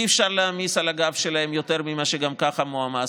אי-אפשר להעמיס על הגב שלהם יותר ממה שגם ככה מועמס.